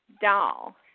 doll